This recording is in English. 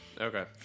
Okay